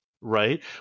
right